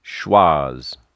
schwa's